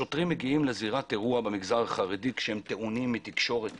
שוטרים מגיעים לזירת אירוע במגזר החרדי כשהם טעונים מתקשורת